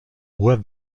ohr